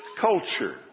culture